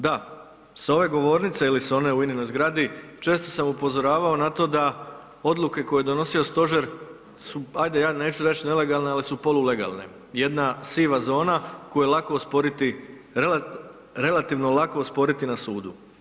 Da, sa ove govornice ili s one u INA-oj zgradi često sam upozoravao na to da odluke koje je donosio stožer su, ajde ja neću reć nelegalne, ali su polu legalne, jedna siva zona koju je lako osporiti, relativno lako osporiti na sudu.